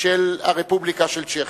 של הרפובליקה של צ'כיה,